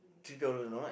two dollar not